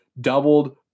doubled